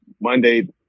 Monday